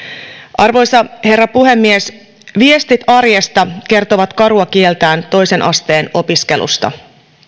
arvoisa herra puhemies viestit arjesta kertovat karua kieltään toisen asteen opiskelusta